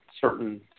certain